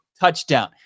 TOUCHDOWN